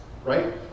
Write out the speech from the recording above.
Right